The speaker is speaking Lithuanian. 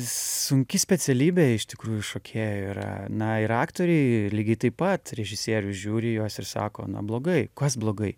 sunki specialybė iš tikrųjų šokėjų yra na ir aktoriai lygiai taip pat režisierius žiūri į juos ir sako na blogai kas blogai